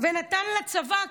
ונתן לצבא,